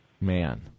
Man